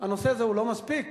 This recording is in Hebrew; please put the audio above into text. זה לא מספיק.